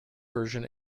version